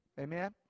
amen